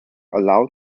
allowed